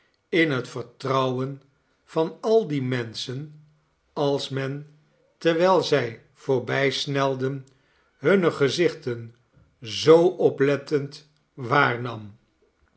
in het vertrouwen van al die menschen als men terwijl zij voorbijsnelden hunne gezichten zoo oplettend waarnam